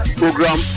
program